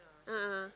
a'ah